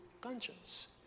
conscience